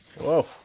Whoa